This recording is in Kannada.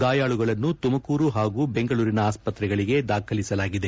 ಗಾಯಾಳುಗಳನ್ನು ತುಮಕೂರು ಹಾಗೂ ಬೆಂಗಳೂರಿನ ಆಸ್ಪತ್ರೆಗಳಿಗೆ ದಾಖಲಿಸಲಾಗಿದೆ